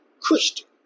Christian